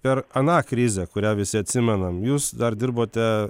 per aną krizę kurią visi atsimenam jūs dar dirbote